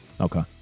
okay